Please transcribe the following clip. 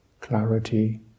clarity